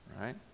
right